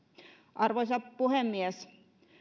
arvoisa puhemies